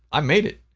i made it.